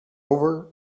over